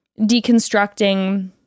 deconstructing